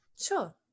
sure